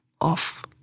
off